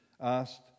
asked